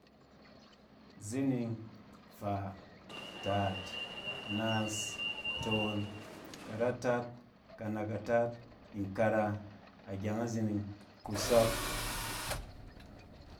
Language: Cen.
Zining, faa, taat, naas, toon, karataat, kanakataat, nkara, ɛgyeng’azing, kusↄk.